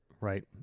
Right